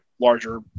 larger